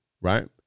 Right